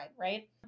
right